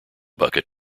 bucket